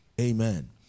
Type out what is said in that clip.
amen